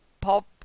pop